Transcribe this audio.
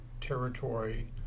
territory